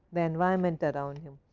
the environment around him.